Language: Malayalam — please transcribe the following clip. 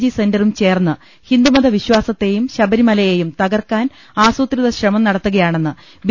ജി സെന്ററും ചേർന്ന് ഹിന്ദുമത വിശ്വാസത്തെയും ശബരിമലയെയും തകർക്കാൻ ആസൂത്രിതശ്രമം നടത്തുകയാണെന്ന് ബി